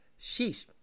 Sheesh